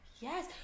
Yes